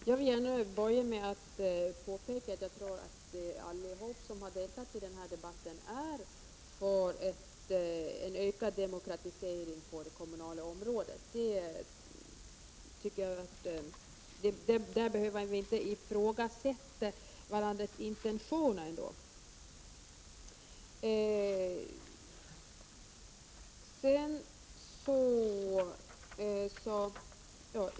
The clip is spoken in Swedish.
Fru talman! Jag vill börja med att påpeka att jag tror att allihop som har deltagit i den här debatten är för en ökad demokratisering på det kommunala området. På den punkten behöver vi inte ifrågasätta varandras intentioner.